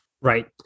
Right